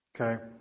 okay